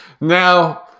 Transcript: now